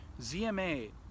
ZMA